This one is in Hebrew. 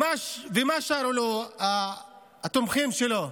ומה שרו לו התומכים שלו?